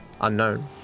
unknown